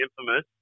Infamous